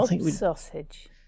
sausage